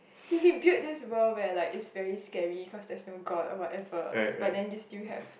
he he built this world where like is very scary cause there was no god or whatever but then you still have